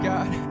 God